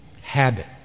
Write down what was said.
habit